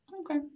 okay